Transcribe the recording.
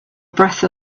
breath